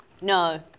No